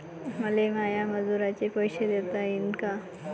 मले माया मजुराचे पैसे देता येईन का?